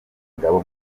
ingabo